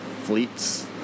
fleets